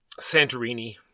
Santorini